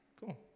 Cool